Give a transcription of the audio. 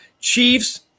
Chiefs